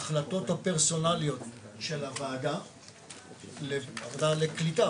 ההחלטות הפרסונליות של הוועדה לקליטה,